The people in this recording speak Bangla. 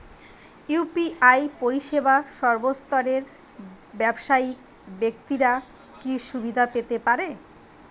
ইউ.পি.আই পরিসেবা সর্বস্তরের ব্যাবসায়িক ব্যাক্তিরা কি সুবিধা পেতে পারে?